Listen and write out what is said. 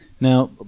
Now